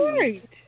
Right